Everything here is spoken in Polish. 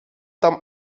tam